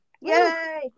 Yay